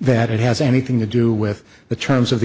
that it has anything to do with the terms of the